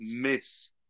miss